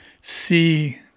see